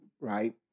right